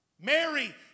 Mary